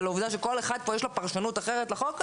אבל העובדה שלכל אחד פה יש פרשנות אחרת לחוק הזה,